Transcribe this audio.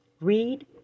read